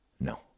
no